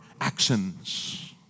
actions